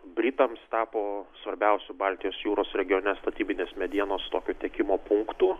britams tapo svarbiausiu baltijos jūros regione statybinės medienos tokiu tiekimo punktu